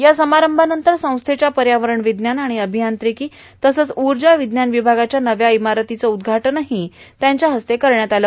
या समारंभानंतर संस्थेच्या पर्यावरण विज्ञान आणि अभियांत्रिकी तसंच ऊर्जा विज्ञान विभागाच्या नव्या इमारतीचं उद्घाटनही पंतप्रधानांच्या हस्ते करण्यात आलं